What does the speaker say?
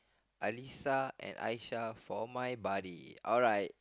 Alisa and Aisyah for my buddy alright